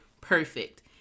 perfect